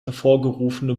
hervorgerufene